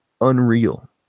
unreal